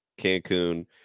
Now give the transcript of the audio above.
Cancun